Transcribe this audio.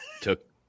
Took